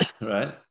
right